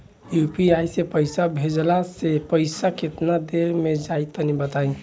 UPI से पईसा भेजलाऽ से पईसा केतना देर मे जाई तनि बताई?